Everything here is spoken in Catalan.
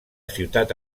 ciutat